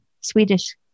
Swedish